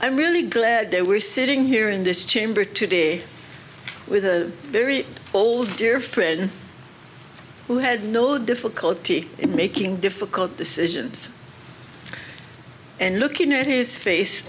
i'm really glad that we're sitting here in this chamber today with a very old dear friend who had no difficulty in making difficult decisions and looking at is face